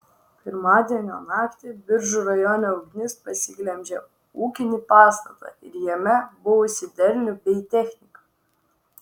pirmadienio naktį biržų rajone ugnis pasiglemžė ūkinį pastatą ir jame buvusį derlių bei techniką